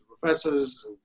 professors